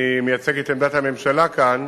אני מייצג את עמדת הממשלה כאן.